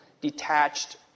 detached